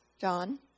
John